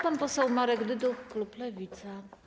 Pan poseł Marek Dyduch, klub Lewica.